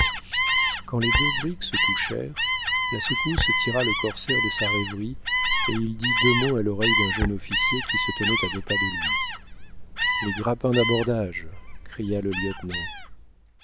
quand les deux bricks se touchèrent la secousse tira le corsaire de sa rêverie et il dit deux mots à l'oreille d'un jeune officier qui se tenait à deux pas de lui les grappins d'abordage s'écria le lieutenant